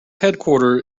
headquarter